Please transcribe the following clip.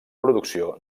producció